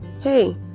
hey